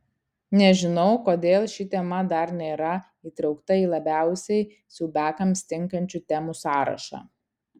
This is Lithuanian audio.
nežinau kodėl ši tema dar nėra įtraukta į labiausiai siaubiakams tinkančių temų sąrašą